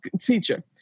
teacher